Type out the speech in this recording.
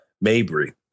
Mabry